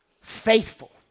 faithful